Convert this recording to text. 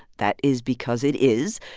that is because it is.